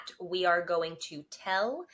wearegoingtotell